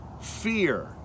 fear